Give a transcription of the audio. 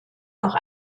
auch